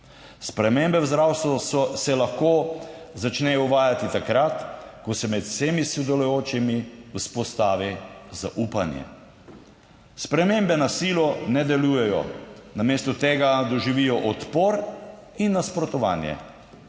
Spremembe v zdravstvu se lahko začnejo uvajati takrat, ko se med vsemi sodelujočimi vzpostavi zaupanje. Spremembe na silo ne delujejo, namesto tega doživijo odpor in nasprotovanje.